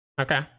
Okay